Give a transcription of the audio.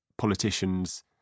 Politicians